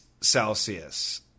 Celsius